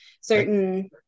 certain